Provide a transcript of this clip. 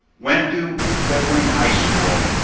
went to red wing high school,